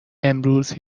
امروز